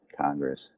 Congress